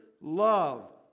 Love